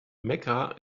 mecca